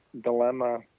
dilemma